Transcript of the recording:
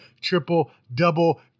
triple-double